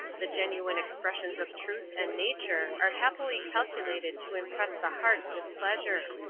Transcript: the genuine expressions of truth and nature are happily calculated to impress the heart with pleasure.